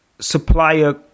supplier